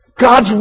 God's